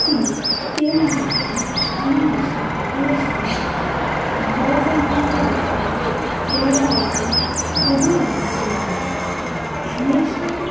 C केन्द्राणि अन्विष येषु भोजनालयस्य सेवाः प्रदीयन्ते येषां